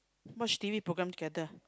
watch T_V programme together